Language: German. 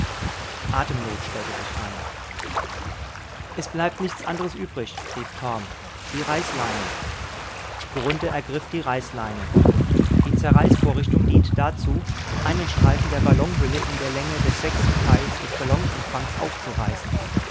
atemnot stellte sich ein es bleibt nichts andres übrig rief torm die reißleine grunthe ergriff die reißleine die zerreißvorrichtung dient dazu einen streifen der ballonhülle in der länge des sechsten teils des ballonumfangs aufzureißen